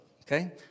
Okay